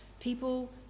People